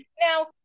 Now